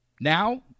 Now